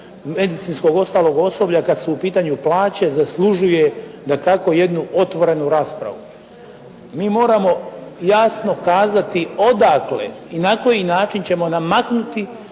medicinskog ostalog osoblja kad su u pitanju plaće zaslužuje dakako jednu otvorenu raspravu. Mi moramo jasno kazati odakle i na koji način ćemo namaknuti